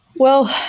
well,